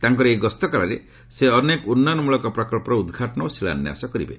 ତାଙ୍କର ଏହି ଗସ୍ତ କାଳରେ ସେ ଅନେକ ଉନ୍ନୟନ ମୂଳକ ପ୍ରକଳ୍ପର ଉଦ୍ଘାଟନ ଓ ଶିଳାନ୍ୟାସ କରିବେ